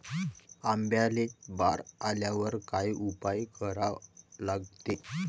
आंब्याले बार आल्यावर काय उपाव करा लागते?